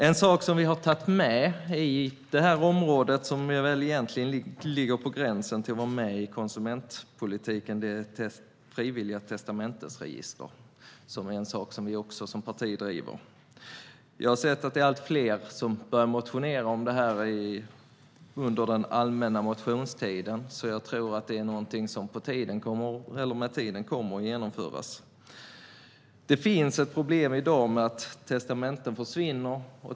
En sak som vi har tagit med på det här området som egentligen ligger på gränsen för att vara med i konsumentpolitiken är frivilliga testamentesregister. Det är en sak som vi som parti driver. Jag har sett att det är allt fler som börjar motionera om det under allmänna motionstiden. Det är någonting som med tiden kommer att genomföras. Det finns i dag ett problem med att testamenten försvinner.